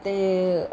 ಮತ್ತು